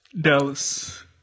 Dallas